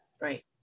Right